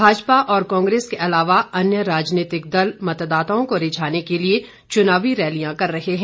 भाजपा और कांग्रेस के अलावा अन्य राजनीतिक दल मतदाताओं को रिझाने के लिए चुनावी रैलियां कर रहे हैं